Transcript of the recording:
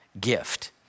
gift